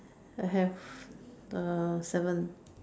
I have uh seven